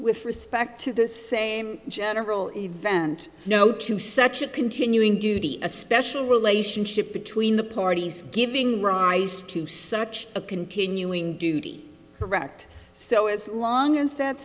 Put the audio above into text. with respect to the same general event no to such a continuing duty a special relationship between the parties giving rise to such a continuing duty correct so as long as that